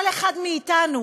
כל אחד מאתנו,